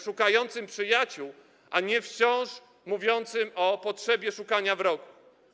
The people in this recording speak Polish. Szukającym przyjaciół, a nie wciąż mówiącym o potrzebie szukania wrogów.